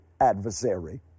adversary